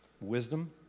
wisdom